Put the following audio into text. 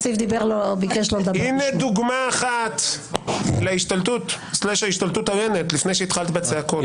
הינה דוגמה אחת להשתלטות עוינת לפני שהתחלת בצעקות,